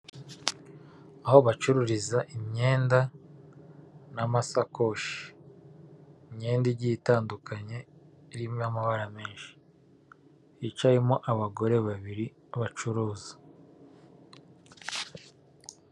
Aho bacururiza imyenda n'amasakoshi, imyenda igiye itandukanye irimo amabara menshi, hicayemo abagore babiri bacuruza.